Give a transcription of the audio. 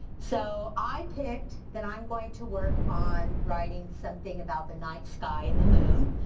so i picked that i'm going to work on writing something about the night sky and the moon.